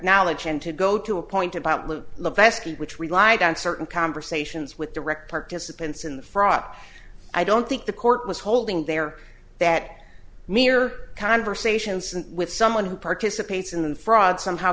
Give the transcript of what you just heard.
knowledge and to go to a point about luke levesque which relied on certain conversations with direct participants in the fraud i don't think the court was holding there that mere conversations with someone who participates in the fraud somehow